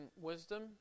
wisdom